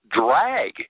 drag